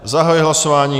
Zahajuji hlasování.